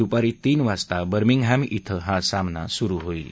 दुपारी तीन वाजता बर्मिंगहॅम धिं हा सामना सुरु होईल